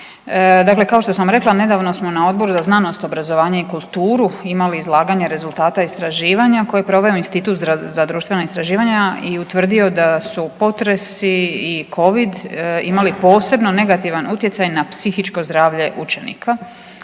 Dakle, kao što sam rekla nedavno smo na Odboru za znanost, obrazovanje i kulturu imali izlaganje rezultata istraživanja koje je proveo Institut za društvena istraživanja i utvrdio da su potresi i Covid imali posebno negativna utjecaj na psihičko zdravlje učenika